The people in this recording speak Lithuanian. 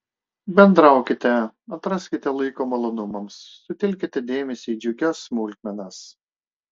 bendraukite atraskite laiko malonumams sutelkite dėmesį į džiugias smulkmenas